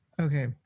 okay